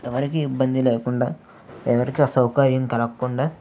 ఎవరికీ ఇబ్బంది లేకుండా ఎవరికి అసౌకర్యం కలక్కుండా